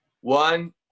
One